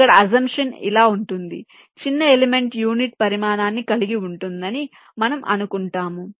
ఇక్కడ అజంప్షన్ ఇలా ఉంటుంది చిన్న ఎలిమెంట్ యూనిట్ పరిమాణాన్ని కలిగి ఉంటుందని మనము అనుకుంటాము